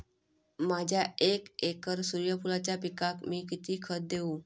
माझ्या एक एकर सूर्यफुलाच्या पिकाक मी किती खत देवू?